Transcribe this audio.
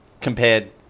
compared